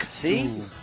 See